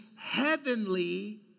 heavenly